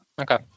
Okay